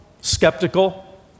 skeptical